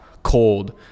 Cold